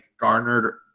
garnered